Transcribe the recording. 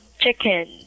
Chicken